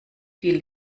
viel